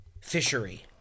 fishery